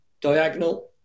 diagonal